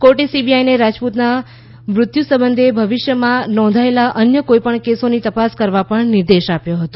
કોર્ટે સીબીઆઈને રાજપૂતના મૃત્યુ સંબંધે ભવિષ્યમાં નોંધાયેલા અન્ય કોઈપણ કેસોની તપાસ કરવા પણ નિર્દેશ આપ્યો હતો